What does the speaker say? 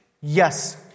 Yes